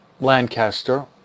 Lancaster